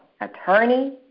attorney